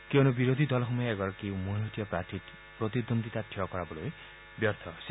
কিয়নো বিৰোধী দলসমূহে এগৰাকী উমৈহতীয়া প্ৰাৰ্থী প্ৰতিদ্বন্দ্বিতাত থিয় কৰাবলৈ ব্যৰ্থ হৈছে